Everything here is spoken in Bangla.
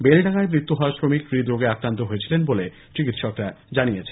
বেলডাঙায় মৃত্যু হওয়া শ্রমিক হৃদরোগে আক্রান্ত হয়েছিলেন বলে চিকিৎসকরা জানিয়েছেন